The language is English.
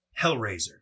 Hellraiser